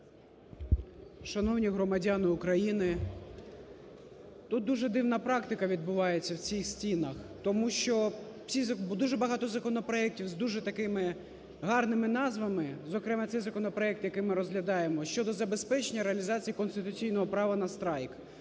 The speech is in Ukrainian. Шановні громадяни України, тут дуже дивна практика відбувається в цих стінах, тому що дуже багато законопроектів з дуже такими гарними назвами, зокрема, цей законопроект, який ми розглядаємо – "щодо забезпечення реалізації конституційного права на страйк".